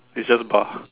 it is just bar